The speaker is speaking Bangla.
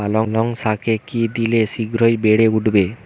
পালং শাকে কি দিলে শিঘ্র বেড়ে উঠবে?